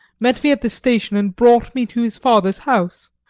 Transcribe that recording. met me at the station, and brought me to his father's house,